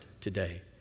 today